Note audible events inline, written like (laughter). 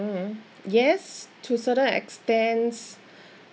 mm yes to certain extents (breath)